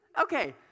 Okay